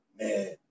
man